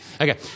Okay